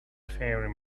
faring